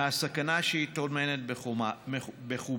מהסכנה שהיא טומנת בחובה.